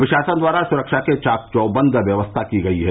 प्रशासन द्वारा सुरक्षा के चाक चौबन्द व्यवस्था की गयी है